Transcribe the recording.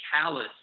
callous